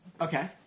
Okay